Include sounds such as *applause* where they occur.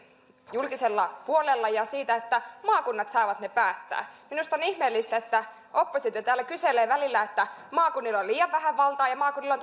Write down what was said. julkisella puolella ja maakunnat saavat niistä päättää minusta on ihmeellistä että kun oppositio täällä kyselee niin välillä maakunnilla on liian vähän valtaa ja toisaalta maakunnilla *unintelligible*